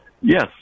Yes